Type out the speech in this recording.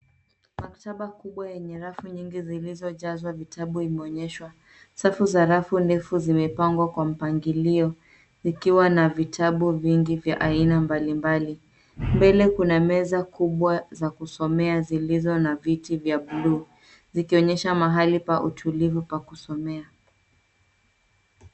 Maktaba kubwa yenye rafu nyingi zilizojazwa vitabu imeonyeshwa. Safu za rafu ndefu zimepangwa kwa mpangilio zikiwa na vitabu vingi vya aina mbalimbali. Mbele kuna meza kubwa za kusomea zilizo na viti vya buluu zikionesha mahali pa utulivu pa kusomea.